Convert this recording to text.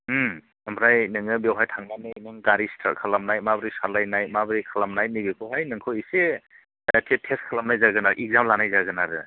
होम आमफ्राय नोङो बेवहाय थांनानै नों गारि स्टार्ट खालामनाय माब्रै सालायनाय माब्रै खालामनाय नै बेखौहाय नोंखौ एसे टेस्ट खालामनाय जागोन आरखि एगजाम लानाय जागोन आरो